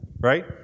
Right